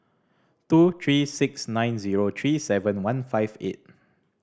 two three six nine zero three seven one five eight